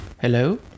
Hello